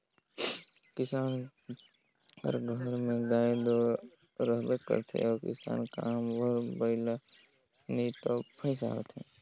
किसान कर घर में गाय दो रहबे करथे अउ किसानी काम बर बइला नी तो भंइसा होथे